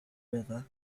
river